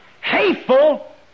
hateful